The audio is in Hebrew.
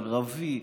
ערבי,